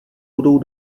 budou